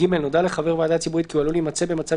(ג)נודע לחבר ועדה ציבורית כי הוא עלול להימצא במצב